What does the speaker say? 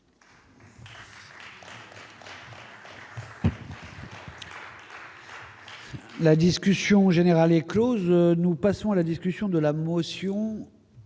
La discussion générale est close. Nous passons à la discussion de la motion